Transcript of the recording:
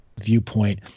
viewpoint